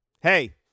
hey